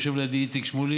יושב לידי איציק שמולי,